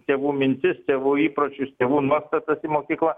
tėvų mintis tėvų įpročius tėvų nuostatas į mokyklą